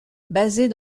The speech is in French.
basée